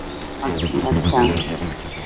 अच् अच्छा